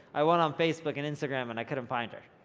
i went on facebook and instagram and i couldn't find her,